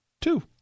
two